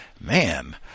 man